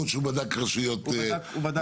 או שהוא בדק רשויות מסוימות?